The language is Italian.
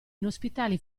inospitali